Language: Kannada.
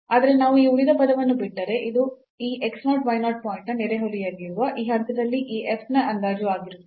ಆದರೆ ನಾವು ಈ ಉಳಿದ ಪದವನ್ನು ಬಿಟ್ಟರೆ ಇದು ಈ x 0 y 0 ಪಾಯಿಂಟ್ನ ನೆರೆಹೊರೆಯಲ್ಲಿರುವ ಈ ಹಂತದಲ್ಲಿ ಈ f ನ ಅಂದಾಜು ಆಗಿರುತ್ತದೆ